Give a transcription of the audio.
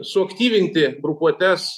suaktyvinti grupuotes